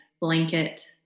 blanket